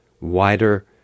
wider